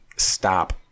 stop